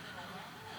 הרים.